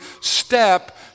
step